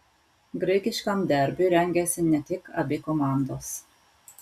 graikiškam derbiui rengiasi ne tik abi komandos